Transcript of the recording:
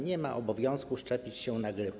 Nie ma obowiązku szczepić się na grypę.